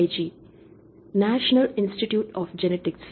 NIG national institute of genetics